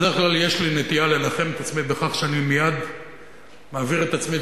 בדרך כלל יש לי נטייה לנחם את עצמי בכך שאני מייד מעביר את עצמי,